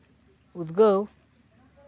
ᱩᱫᱽᱜᱟᱹᱣ